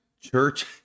church